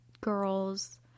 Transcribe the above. girls